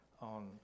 on